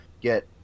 get